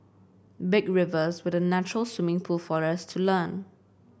big rivers were the natural swimming pool for us to learn